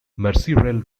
merseyrail